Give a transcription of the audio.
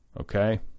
okay